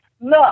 Look